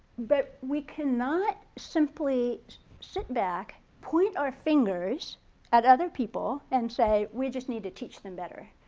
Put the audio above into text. but we cannot simply sit back, point our fingers at other people and say, we just need to teach them better.